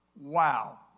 wow